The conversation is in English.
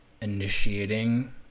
initiating